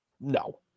No